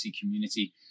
community